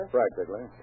Practically